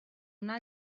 una